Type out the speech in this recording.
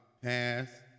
pass